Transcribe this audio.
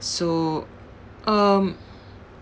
so um